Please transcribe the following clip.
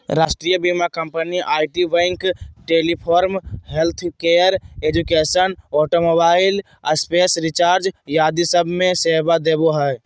राष्ट्रीय बीमा company IT, banking, telecom, healthcare, education, automobile, space research आदि सब मे सेवा देवो हय